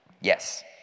yes